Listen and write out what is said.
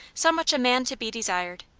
so much a man to be desired.